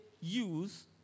use